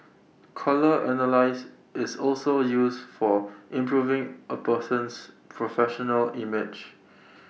colour analysis is also use for improving A person's professional image